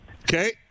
Okay